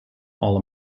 all